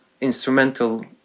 instrumental